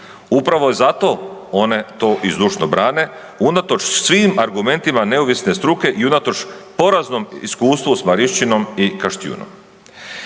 Upravo zato one to i zdušno brane unatoč svim argumentima neovisne struke i unatoč poraznom iskustvu s Marišćinom i Kaštijunom.